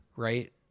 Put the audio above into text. right